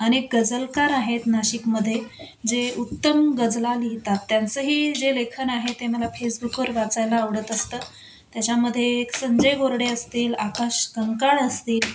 अनेक गजलकार आहेत नाशिकमध्येे जे उत्तम गजला लिहतात त्यांचंही जे लेखन आहे ते मला फेसबुकवर वाचायला आवडत असतं त्याच्यामध्ये संजय गोरडे असतील आकाश कंकाळ असतील